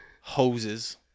hoses